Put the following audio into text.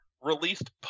released